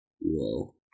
Whoa